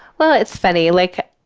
well, it's funny like,